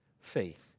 faith